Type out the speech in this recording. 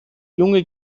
junge